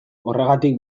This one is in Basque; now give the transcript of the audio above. horregatik